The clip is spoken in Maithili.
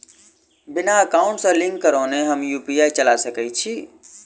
बिना एकाउंट सँ लिंक करौने हम यु.पी.आई चला सकैत छी?